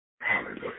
Hallelujah